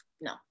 no